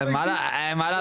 מה לעשות?